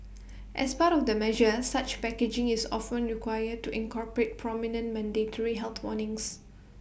as part of the measure such packaging is often required to incorporate prominent mandatory health warnings